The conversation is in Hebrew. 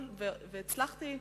הצלחתי,